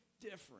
different